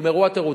נגמרו התירוצים.